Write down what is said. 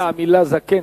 המלה זקן,